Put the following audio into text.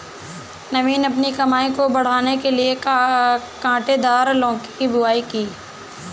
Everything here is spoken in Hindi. नवीन अपनी कमाई बढ़ाने के लिए कांटेदार लौकी की बुवाई की